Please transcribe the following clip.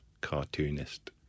cartoonist